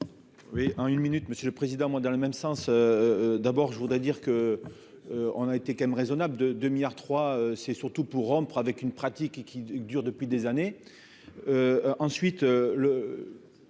Oui, en une minute, monsieur le président, moi, dans le même sens, d'abord je voudrais dire que on a été quand même raisonnable de 2 milliards trois c'est surtout pour rompre avec une pratique qui dure depuis des années,